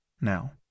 now